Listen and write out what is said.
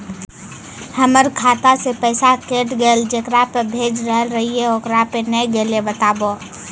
हमर खाता से पैसा कैट गेल जेकरा पे भेज रहल रहियै ओकरा पे नैय गेलै बताबू?